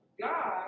God